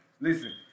listen